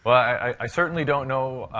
i certainly don't know